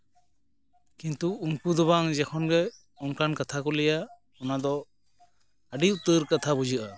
ᱠᱤᱱᱛᱩ ᱩᱱᱠᱩ ᱫᱚ ᱵᱟᱝ ᱡᱮᱠᱷᱚᱱ ᱜᱮ ᱚᱱᱠᱟᱱ ᱠᱟᱛᱷᱟ ᱠᱚ ᱞᱟᱹᱭᱟ ᱚᱱᱟ ᱫᱚ ᱟᱹᱰᱤ ᱩᱛᱟᱹᱨ ᱠᱟᱛᱷᱟ ᱵᱩᱡᱷᱟᱹᱜᱼᱟ